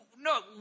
no